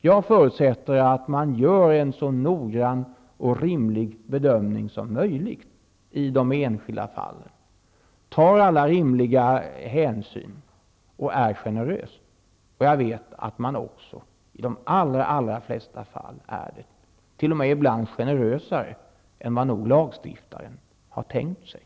Jag förutsätter att man gör en så noggrann bedömning som möjligt i de enskilda fallen, att man tar alla rimliga hänsyn och är generös. Jag vet att man också i de allra flesta fall är generös, t.o.m. generösare än vad lagstiftaren hade tänkt sig.